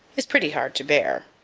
is pretty hard to bear.